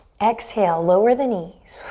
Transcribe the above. exhale, lower the knees.